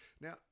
Now